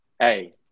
Hey